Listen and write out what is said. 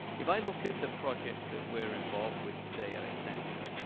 if i look at the projects that we're involved with today at accenture,